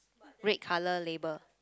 red color label